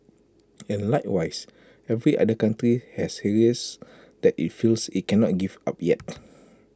and likewise every other country has areas that IT feels IT cannot give up yet